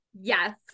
yes